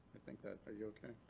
i think that. are you okay?